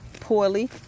poorly